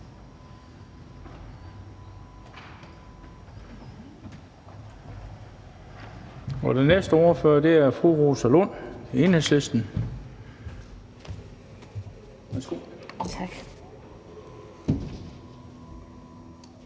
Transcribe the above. Den næste ordfører er fru Rosa Lund, Enhedslisten. Værsgo. Kl.